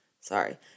Sorry